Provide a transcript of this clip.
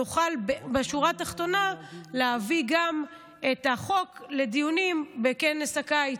נוכל בשורה התחתונה להביא גם את החוק לדיונים בכנס הקיץ,